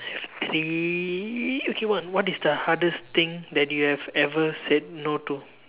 three okay one what is the hardest thing that you have ever said no to